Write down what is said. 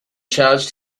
charged